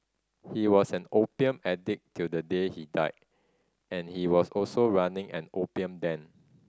he was an opium addict till the day he died and he was also running an opium den